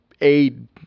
aid